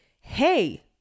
Hey